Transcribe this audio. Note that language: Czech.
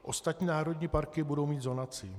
Ostatní národní parky budou mít zonaci.